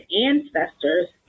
ancestors